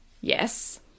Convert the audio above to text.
Yes